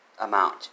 amount